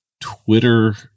Twitter